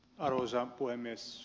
arvoisa puhemies